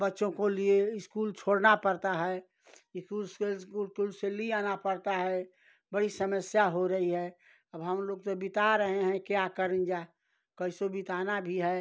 बच्चों को लिए स्कूल छोड़ना पड़ता है स्कूल से स्कूल उस्कूल से लाना पड़ता है बड़ी समस्या हो रही है अब हमलोग तो बिता रहे हैं क्या किया जाए किसी भी तरह बिताना भी है